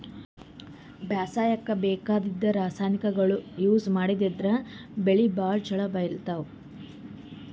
ಬೇಸಾಯಕ್ಕ ಬೇಕಾಗಿದ್ದ್ ರಾಸಾಯನಿಕ್ಗೊಳ್ ಯೂಸ್ ಮಾಡದ್ರಿನ್ದ್ ಬೆಳಿ ಭಾಳ್ ಛಲೋ ಬೆಳಿತಾವ್